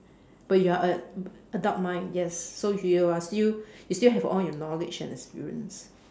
but you are a adult mind yes so if you are you you still have all your knowledge and experience